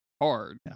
hard